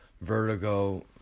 vertigo